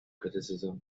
criticism